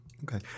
Okay